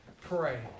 Pray